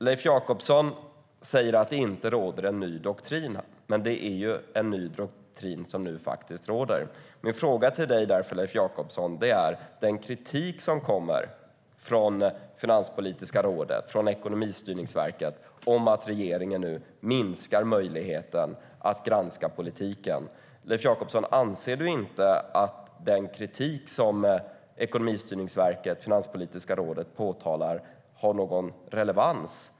Leif Jakobsson säger att det inte råder någon ny doktrin. Men det är just det som det gör. Anser du inte, Leif Jakobsson, att den kritik som Finanspolitiska rådet och Ekonomistyrningsverket framför mot att regeringen nu minskar möjligheten att granska politiken har någon relevans?